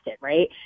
right